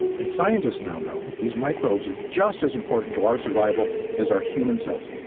and scientists now know these microbes are just as important to our survival as our human cells.